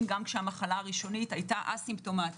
גם כשהמחלה הראשונית היתה א-סימפטומטית.